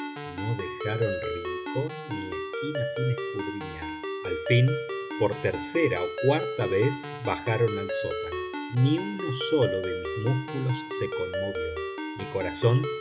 no dejaron rincón ni esquina sin escudriñar al fin por tercera o cuarta vez bajaron al sótano ni uno sólo de mis músculos se conmovió mi corazón